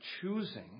choosing